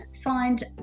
Find